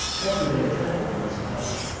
after they had trampled on his body,